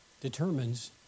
determines